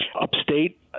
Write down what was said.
Upstate